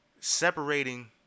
separating